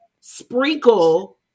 sprinkle